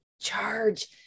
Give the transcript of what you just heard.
Charge